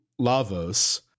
Lavos